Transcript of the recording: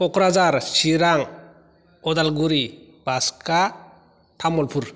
Kokrajhar Chirang Udalguri Baksa Tamulpur